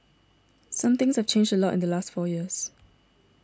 some things have changed a lot in the last four years